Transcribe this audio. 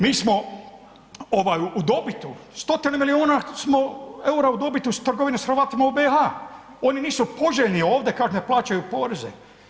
Mi smo ova u dobitu, stotine milijuna smo EUR-a u dobitu s trgovine s Hrvatima u BiH, oni nisu poželjni ovdje kad ne plaćaju poreze.